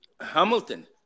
Hamilton